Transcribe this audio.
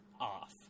off